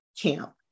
camp